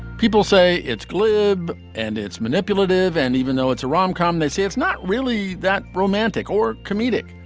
people say it's glib and it's manipulative. and even though it's a romcom, they say it's not really that romantic or comedic.